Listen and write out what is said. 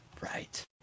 right